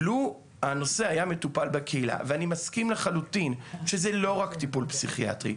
אני מסכים לחלוטין שזה לא רק טיפול פסיכיאטרי.